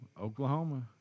Oklahoma